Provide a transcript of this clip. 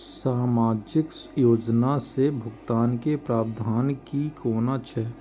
सामाजिक योजना से भुगतान के प्रावधान की कोना छै?